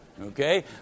Okay